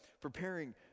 preparing